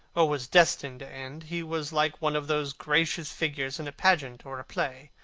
or was destined to end. he was like one of those gracious figures in a pageant or a play,